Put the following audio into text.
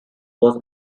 was